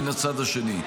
מן הצד השני.